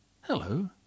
Hello